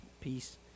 peace